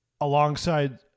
alongside